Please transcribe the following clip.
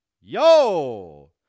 Yo